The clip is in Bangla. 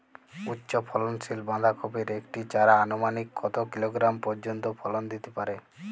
উচ্চ ফলনশীল বাঁধাকপির একটি চারা আনুমানিক কত কিলোগ্রাম পর্যন্ত ফলন দিতে পারে?